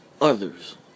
others